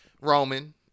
Roman